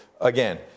again